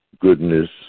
goodness